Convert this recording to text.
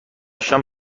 شام